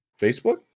Facebook